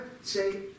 say